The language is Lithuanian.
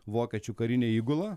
vokiečių karinė įgula